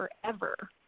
forever